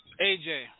AJ